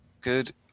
good